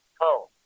Home